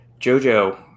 JoJo